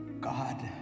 God